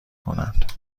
کنند